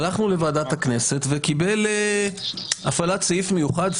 הלכנו לוועדת הכנסת וקיבל הפעלת סעיף מיוחד,